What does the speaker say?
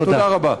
תודה רבה.